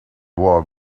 wore